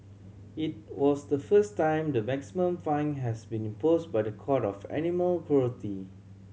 it was the first time the maximum fine has been imposed by the court of animal cruelty